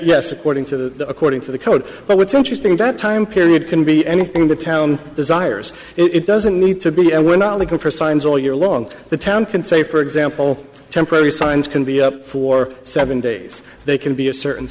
yes according to the according to the code but what's interesting in that time period can be anything the town desires it doesn't need to be and we're not looking for signs all year long the town can say for example temporary signs can be up for seven days they can be a certain